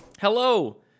Hello